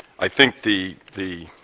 i think the the